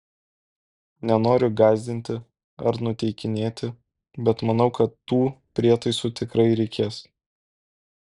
nenoriu gąsdinti ar nuteikinėti bet manau kad tų prietaisų tikrai reikės